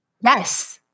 Yes